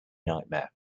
nightmare